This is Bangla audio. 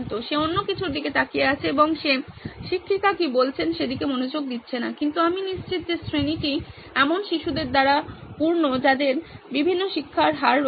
সে অন্য কিছুর দিকে তাকিয়ে আছে এবং সে শিক্ষিকা কী বলছেন সেদিকে মনোযোগ দিচ্ছে না কিন্তু আমি নিশ্চিত যে শ্রেণীটি এমন শিশুদের দ্বারা পূর্ণ যাঁদের বিভিন্ন শিক্ষার হার রয়েছে